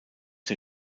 der